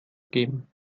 geben